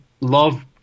love